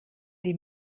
die